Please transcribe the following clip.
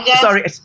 Sorry